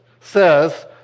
says